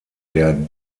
der